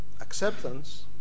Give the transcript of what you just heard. acceptance